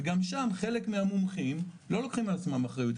וגם שם חלק מהמומחים לא לוקחים על עצמם אחריות,